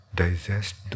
digest